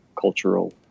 cultural